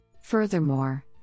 Furthermore